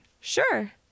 Sure